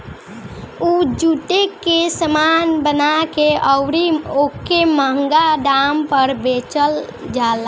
उ जुटे के सामान बना के अउरी ओके मंहगा दाम पर बेचल जाला